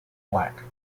black